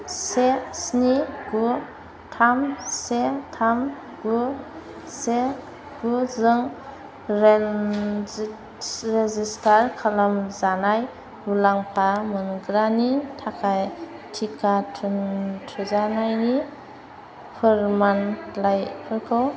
से स्नि गु थाम से थाम गु से गुजों रेजिस्टार खालामजानाय मुलाम्फा मोनग्रानि थाखाय टिका थुजानायनि फोरमानलाइफोरखौ